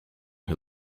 who